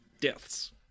deaths